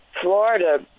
Florida